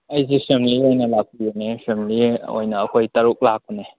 ꯑꯩꯁꯦ ꯐꯦꯃꯤꯂꯤ ꯑꯣꯏꯅ ꯂꯥꯛꯄꯅꯦ ꯐꯦꯃꯤꯂꯤ ꯑꯣꯏꯅ ꯑꯩꯈꯣꯏ ꯇꯔꯨꯛ ꯂꯥꯛꯄꯅꯦ